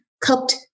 cupped